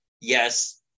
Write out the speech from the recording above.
yes